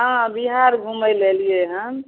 हाँ बिहार घुमै लए एलियै हन